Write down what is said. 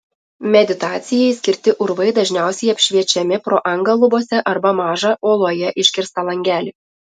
meditacijai skirti urvai dažniausiai apšviečiami pro angą lubose arba mažą uoloje iškirstą langelį